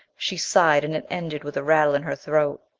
she sighed, and it ended with a rattle in her throat.